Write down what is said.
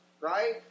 right